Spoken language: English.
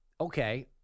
Okay